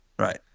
Right